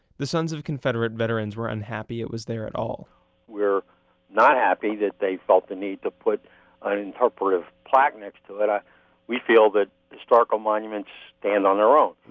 the sons of confederate veterans were unhappy it was there at all we're not happy that they felt the need to put an interpretative plaque next to it. ah we feel that historical monuments stand on their own.